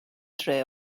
dre